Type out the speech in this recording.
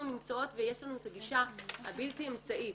אנחנו נמצאות ויש לנו את הגישה הבלתי אמצעית.